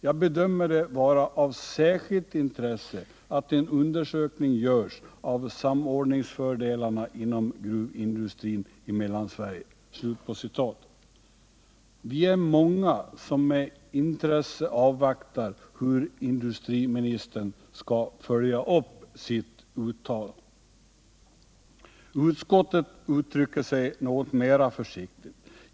Jag bedömer det vara av särskilt intresse att en undersökning görs av samordningsfördelarna inom gruvindustrin i Mellansverige.” Vi är många som med intresse avvaktar hur industriministern skall följa upp sitt uttalande. Utskottet uttrycker sig något mera försiktigt.